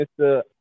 Mr